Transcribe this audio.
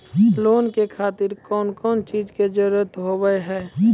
Loan के खातिर कौन कौन चीज के जरूरत हाव है?